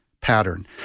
pattern